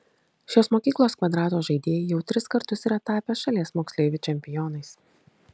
šios mokyklos kvadrato žaidėjai jau tris kartus yra tapę šalies moksleivių čempionais